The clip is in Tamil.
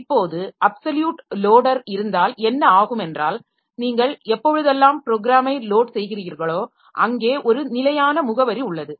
இப்போது அப்சல்யூட் லோடர் இருந்தால் என்ன ஆகும் என்றால் நீங்கள் எப்பொழுதெல்லாம் ப்ரோக்ராமை லோட் செய்கிறீர்களோ அங்கே ஒரு நிலையான முகவரி உள்ளது